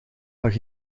mag